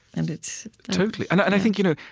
and it's, totally. and i think you know